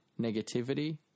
Negativity